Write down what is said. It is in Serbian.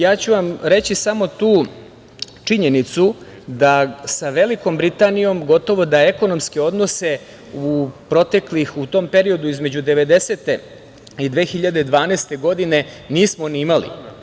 Ja ću vam reći samo tu činjenicu da sa Velikom Britanijom gotovo da ekonomske odnose u periodu između 1990. i 2012. godine nismo ni imali.